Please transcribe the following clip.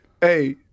Hey